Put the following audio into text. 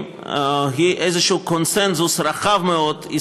היא איזשהו קונסנזוס ישראלי רחב מאוד,